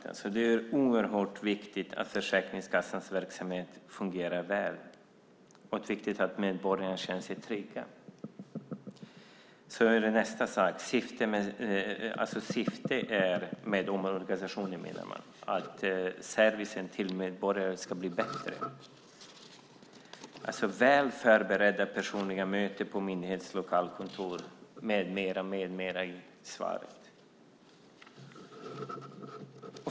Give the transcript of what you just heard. Här sägs att det är oerhört viktigt att Försäkringskassans verksamhet fungerar väl och att medborgarna känner sig trygga, att syftet med omorganisationen är att servicen till medborgarna ska bli bättre och att man ska få väl förberedda personliga möten på myndighetens lokalkontor med mera.